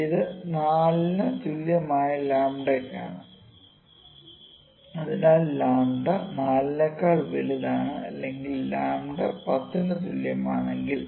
ഇത് 4 ന് തുല്യമായ ലാംഡയ്ക്കാണ്𝝀 അതിനാൽ ലാംഡ𝝀 4 നെക്കാൾ വലുതാണ് അല്ലെങ്കിൽ ലാംഡ𝝀 10 ന് തുല്യമാണെങ്കിൽ